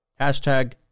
hashtag